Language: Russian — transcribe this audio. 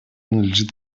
надлежит